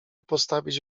postawić